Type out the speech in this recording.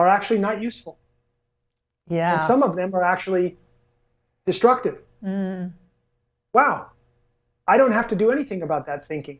are actually not useful yeah some of them are actually destructive wow i don't have to do anything about that sinking